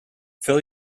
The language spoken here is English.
fill